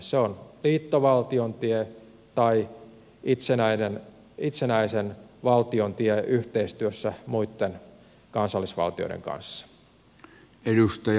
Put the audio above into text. ne ovat liittovaltion tie tai itsenäisen valtion tie yhteistyössä muitten kansallisvaltioiden kanssa